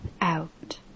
out